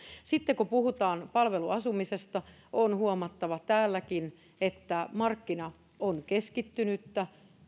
sitten kun puhutaan palveluasumisesta on huomattava täälläkin että markkina on keskittynyttä ja